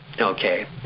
okay